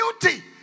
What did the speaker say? beauty